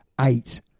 eight